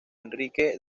enrique